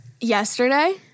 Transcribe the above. yesterday—